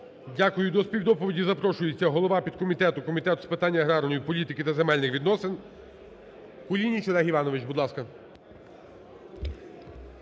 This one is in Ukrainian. До співдоповіді запрошується голова підкомітету Комітету з питань аграрної політики та земельних відносин Кулініч Олег Іванович, будь ласка.